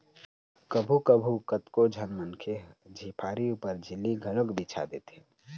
कभू कभू कतको झन मनखे ह झिपारी ऊपर झिल्ली घलोक बिछा देथे